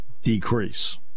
decrease